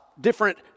different